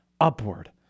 Upward